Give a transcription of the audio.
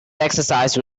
exercise